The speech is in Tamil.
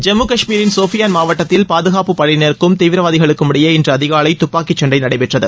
ஜம்மு காஷ்மீரின் சோஃபியான் மாவட்டத்தில் பாதுகாப்புப்படையினருக்கும் தீவிரவாதிகளுக்கும் இடையே இன்று அதிகாலை துப்பாக்கி சண்டை ஏற்பட்டது